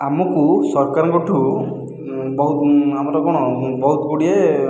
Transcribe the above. ଆମକୁ ସରକାରଙ୍କ ଠାରୁ ବହୁ ଆମର କଣ ବହୁତ ଗୁଡ଼ିଏ